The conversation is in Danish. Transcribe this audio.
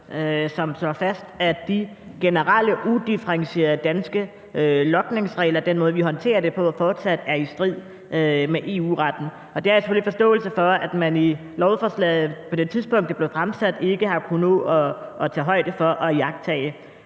som slår fast, at de generelle og udifferentierede danske logningsregler – den måde, vi håndterer det på – fortsat er i strid med EU-retten. Det har jeg selvfølgelig forståelse for at man på det tidspunkt, hvor lovforslaget blev fremsat, ikke har kunnet nå at tage højde for og iagttage.